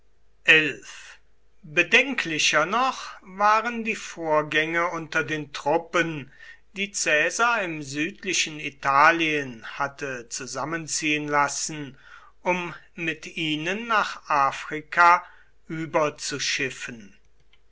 bedenklicher noch waren die vorgänge unter den truppen die caesar im südlichen italien hatte zusammenziehen lassen um mit ihnen nach afrika